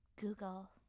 Google